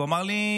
הוא אמר לי: